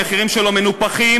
המחירים שלו מנופחים,